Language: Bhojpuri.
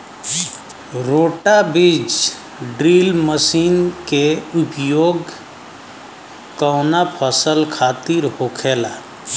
रोटा बिज ड्रिल मशीन के उपयोग कऊना फसल खातिर होखेला?